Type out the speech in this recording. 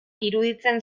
iruditzen